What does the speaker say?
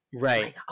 Right